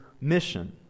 mission